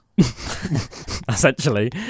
essentially